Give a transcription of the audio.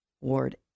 Ward